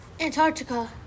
Antarctica